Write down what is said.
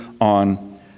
on